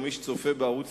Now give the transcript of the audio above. או מי שצופה בערוץ-99,